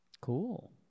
Cool